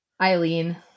Eileen